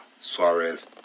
Suarez